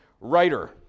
writer